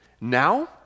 Now